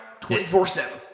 24-7